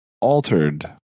altered